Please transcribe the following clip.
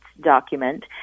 document